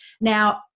now